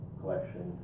collection